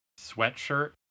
sweatshirt